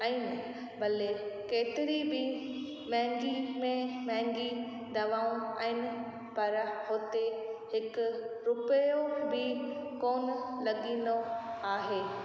आहिनि भले केतिरी बि महांगी में महांगी दवाऊं आहिनि पर हुते हिकु रुपयो बि कोन लॻंदो आहे